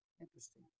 Interesting